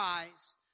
eyes